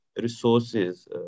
Resources